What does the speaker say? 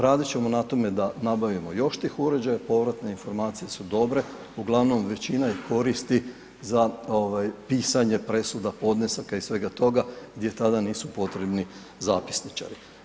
Radit ćemo na tome da nabavimo još tih uređaja, povratne informacije su dobre, uglavnom većina ih koristi za pisanje ovaj presuda, podnesaka i svega toga gdje tada nisu potrebni zapisničari.